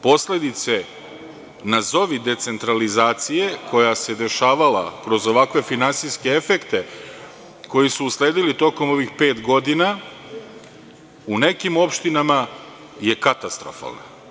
Posledice nazovi decentralizacije, koja se dešavala kroz ovakve finansijske efekte koji su usledili tokom ovih pet godina, u nekim opštinama je katastrofalna.